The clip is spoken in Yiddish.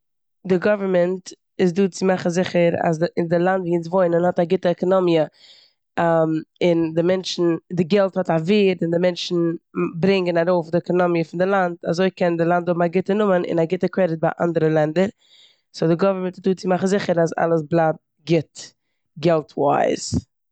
די גאווערנמענט איז דא צו מאכן זיכער אז און די לאנד ווי אונז וואוינען האט א גוטע עקאנאמיע און די מענטשן- די געלט האט א ווערד און די מענטשן ברענגען ארויף די עקאנאמיע פון די לאנד אזוי קען די לאנד האבן א גוטע נאמען און א גוטע קרעדיט ביי אנדערע לענדער. סאו די גאווערנמענט איז דא צו מאכן זיכער אז אלעס בלייבט גוט געלטווייז.